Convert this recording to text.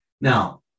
Now